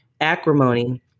acrimony